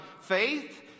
faith